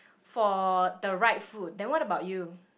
for the right foot then what about you